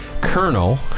Colonel